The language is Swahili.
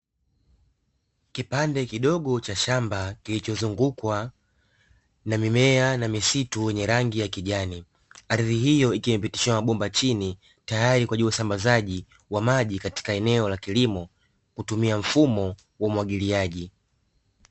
Kipande kidogo cha shamba kilichozungukwa na mimea na misitu yenye rangi ya kijani. Ardhi hiyo ikipitishiwa bomba chini, tayari kwa usambazaji wa maji katika eneo la kilimo kutumia mfumo wa umwagiliaji.